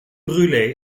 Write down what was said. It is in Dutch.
brûlé